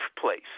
place